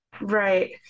right